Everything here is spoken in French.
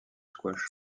squash